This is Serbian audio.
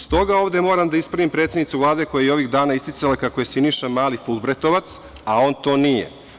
Stoga ovde moram da ispravim predsednicu Vlade koja je ovih dana isticala kako Siniša Mali fulbrajtovac, a on to nije.